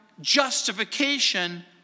justification